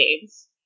games